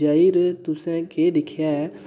जाइयै तु'सें केह् दिक्खेआ ऐ